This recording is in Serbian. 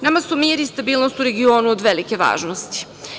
Nama su mir i stabilnost u regionu od velike važnosti.